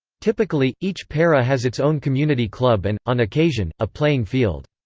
typically, each para has its own community club and, on occasion, a playing field.